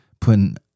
putting –